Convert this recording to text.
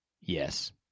Yes